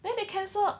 then they cancel